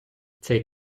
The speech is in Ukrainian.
цей